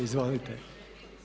Izvolite.